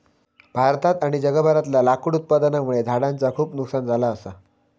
भारतात आणि जगभरातला लाकूड उत्पादनामुळे झाडांचा खूप नुकसान झाला असा